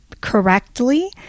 correctly